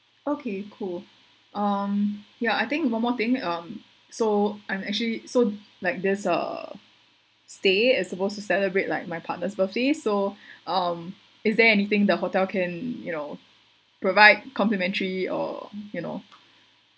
okay cool um ya I think one more thing um so I'm actually so like there's a stay as supposed to celebrate like my partner's birthday so um is there anything the hotel can you know provide complimentary or you know